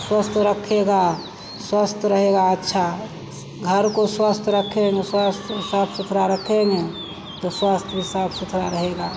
स्वस्थ रखेगा स्वस्थ रहेगा अच्छा घर को स्वस्थ रखेंगे स्व साफ़ सुथरा रखेंगे तो स्वास्थ्य भी साफ़ सुथरा रहेगा